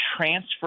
transfer